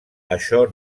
això